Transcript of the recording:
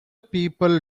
people